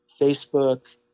Facebook